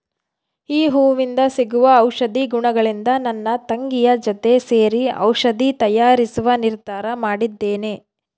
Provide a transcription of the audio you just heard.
ಈ ಹೂವಿಂದ ಸಿಗುವ ಔಷಧಿ ಗುಣಗಳಿಂದ ನನ್ನ ತಂಗಿಯ ಜೊತೆ ಸೇರಿ ಔಷಧಿ ತಯಾರಿಸುವ ನಿರ್ಧಾರ ಮಾಡಿದ್ದೇನೆ